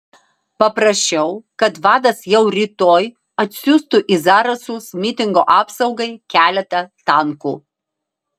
paprašiau kad vadas jau rytoj atsiųstų į zarasus mitingo apsaugai keletą tankų